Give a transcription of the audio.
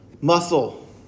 muscle